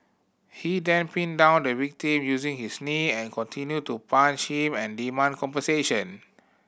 he then pinned down the victim using his knee and continued to punch him and demand compensation